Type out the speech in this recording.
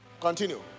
Continue